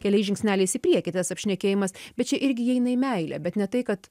keliais žingsneliais į priekį tas apšnekėjimas bet čia irgi įeina į meilę bet ne tai kad